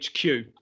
hq